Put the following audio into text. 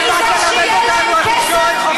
מזה שיהיה להם כסף,